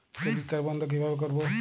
Credit card বন্ধ কিভাবে করবো?